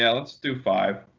yeah let's do five.